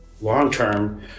Long-term